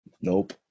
Nope